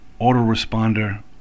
autoresponder